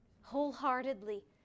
wholeheartedly